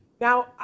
Now